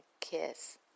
kiss